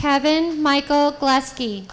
kavin michael class ski